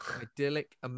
idyllic